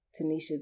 Tanisha